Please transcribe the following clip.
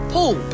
Pool